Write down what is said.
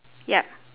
yup